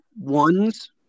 ones